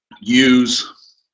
use